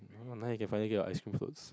now you can finally get your ice cream floats